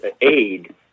aid